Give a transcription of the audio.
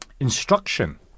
Instruction